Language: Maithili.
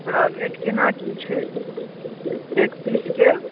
ओकरा रेट केना की छै एक पीसके